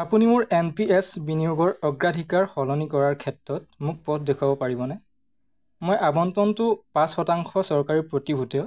আপুনি মোৰ N P S বিনিয়োগৰ অগ্ৰাধিকাৰ সলনি কৰাৰ ক্ষেত্ৰত মোক পথ দেখুৱাব পাৰিবনে মই আবণ্টনটো পাঁচ শতাংশ চৰকাৰী প্ৰতিভূত